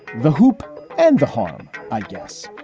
the hoop and the harm, i guess,